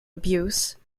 abuse